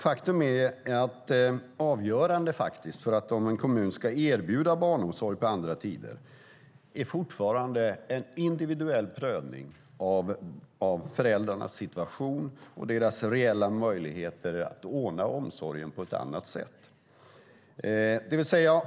Faktum är att det avgörande för om en kommun ska erbjuda barnomsorg på andra tider fortfarande är en individuell prövning av föräldrarnas situation och deras reella möjligheter att ordna omsorgen på ett annat sätt.